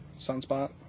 Sunspot